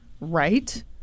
Right